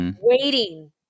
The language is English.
waiting